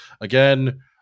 Again